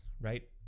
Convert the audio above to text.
right